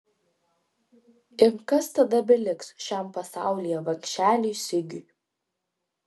ir kas tada beliks šiam pasaulyje vargšeliui sigiui